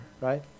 Right